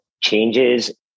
changes